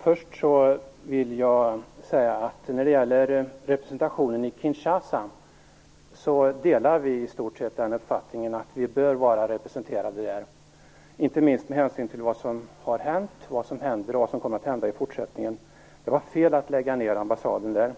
Herr talman! Jag vill när det gäller representationen i Kinshasa säga att vi i stort sett delar uppfattningen att Sverige bör vara företrätt där, inte minst med hänsyn till vad som har hänt, vad som händer och vad som kommer att hända i fortsättningen. Det var fel att lägga ned ambassaden där, och